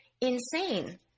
insane